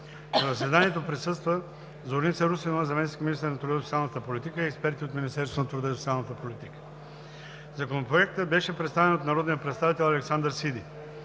На заседанието присъстваха Зорница Русинова, заместник министър на труда и социалната политика, и експерти от Министерството на труда и социалната политика. Законопроектът беше представен от народния представител Александър Сиди.